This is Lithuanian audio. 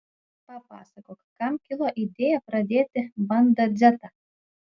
papasakok kam kilo idėja pradėti banda dzetą